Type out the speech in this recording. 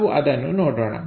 ನಾವು ಅದನ್ನು ನೋಡೋಣ